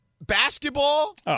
basketball